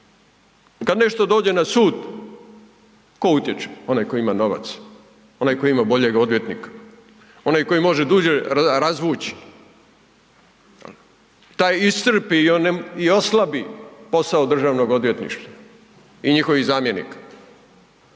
Kad nešto dođe na sud tko utječe? Onaj tko ima novac, onaj koji ima boljeg odvjetnika, onaj koji može duže razvuć. Taj iscrpi i oslabi posao državnog odvjetništva i njihovih zamjenika,